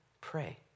Pray